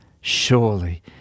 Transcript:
Surely